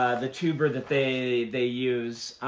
the tuber that they they use.